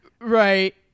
Right